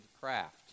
craft